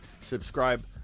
subscribe